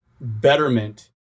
betterment